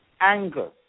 anger